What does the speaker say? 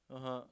(uh huh)